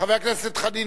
חבר הכנסת חנין,